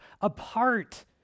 apart